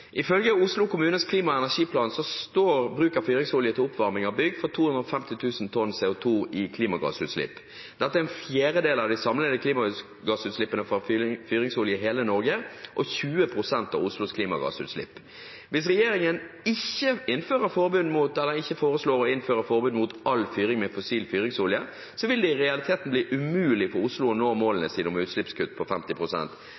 tonn CO2 i klimagassutslipp. Dette er en fjerdedel av de samlede klimagassutslippene fra fyringsolje i hele Norge og 20 pst. av Oslos klimagassutslipp. Hvis regjeringen ikke foreslår å innføre forbud mot all fyring med fossil fyringsolje, vil det i realiteten bli umulig for Oslo å nå